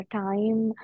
time